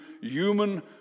human